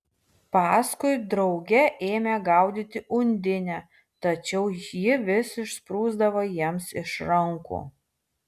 paskui drauge ėmė gaudyti undinę tačiau ji vis išsprūsdavo jiems iš rankų